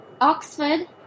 Oxford